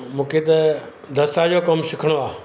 मूंखे त दस्तावेज़ जो कमु सिखिणो आहे